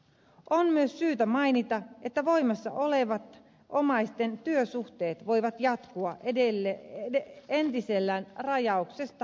on myös syytä mainita että omaisten voimassa olevat työsuhteet voivat jatkua entisellään rajauksesta huolimatta